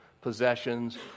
possessions